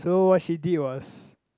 so what she did was